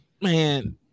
Man